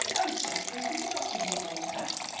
oh, jeffrey, he did not believe all that.